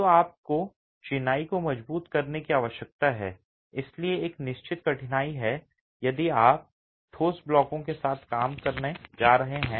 तो आपको चिनाई को मजबूत करने की आवश्यकता है और इसलिए एक निश्चित कठिनाई है यदि आप ठोस ब्लॉकों के साथ काम करने जा रहे हैं